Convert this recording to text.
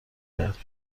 کرد